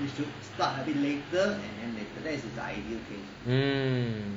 mm